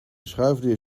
schuifdeur